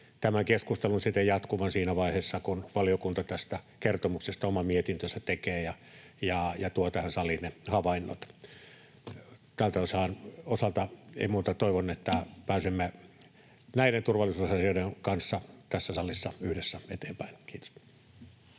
tämän keskustelun siten jatkuvan siinä vaiheessa, kun valiokunta tästä kertomuksesta oman mietintönsä tekee ja tuo tähän saliin ne havainnot. Tältä osalta ei muuta. Toivon, että pääsemme näiden turvallisuusasioiden kanssa tässä salissa yhdessä eteenpäin. — Kiitos.